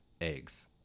eggs